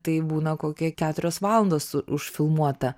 tai būna kokie keturios valandos už filmuota